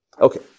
Okay